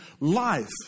life